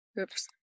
Oops